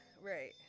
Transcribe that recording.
Right